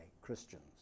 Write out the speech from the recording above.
Christians